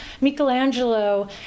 Michelangelo